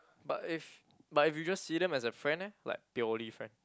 but if but if you just see them as a friend eh like purely friend